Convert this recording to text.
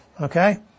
Okay